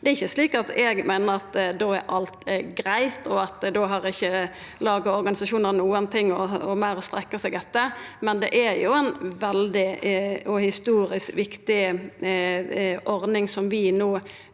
Det er ikkje slik at eg da meiner at alt greitt, og at lag og organisasjonar ikkje har meir å strekkja seg etter, men det er jo ei veldig og historisk viktig ordning vi no